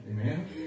Amen